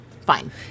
fine